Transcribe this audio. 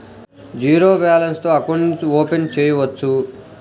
Zero balance తో account open చేయవచ్చు?